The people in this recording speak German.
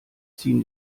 ziehen